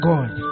God